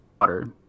Water